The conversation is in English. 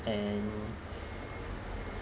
and